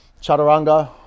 chaturanga